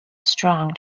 strong